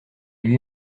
lui